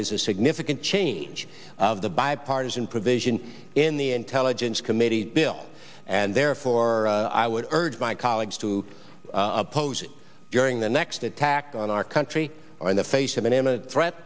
is a significant change of the bipartisan provision in the intelligence committee bill and therefore i would urge my colleagues to oppose it during the next attack on our country in the face of an imminent threat